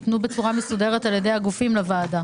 יינתנו בצורה מסודרת על ידי הגופים לוועדה.